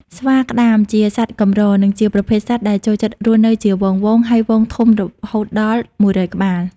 ស្វាក្ដាមជាសត្វកម្រ និងជាប្រភេទសត្វ ដែលចូលចិត្តរស់នៅជាហ្វូងៗ ហើយហ្វូងធំរហូតដល់១០០ ក្បាល។